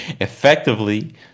effectively